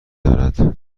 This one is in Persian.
دارد